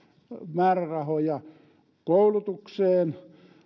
määrärahoja koulutukseen